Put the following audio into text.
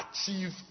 achieve